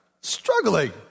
struggling